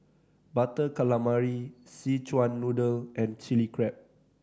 Butter Calamari Szechuan Noodle and Chilli Crab